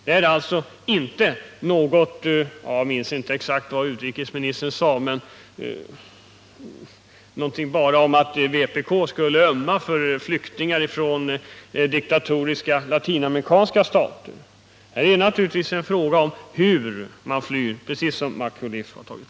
Detta ligger inte i linje med utrikesministerns påstående att vpk:s hjärtan bara klappar för flyktingar från högerregimer. Här är det naturligtvis en fråga om hur man lämnar ett land, precis som MacCauliff har sagt.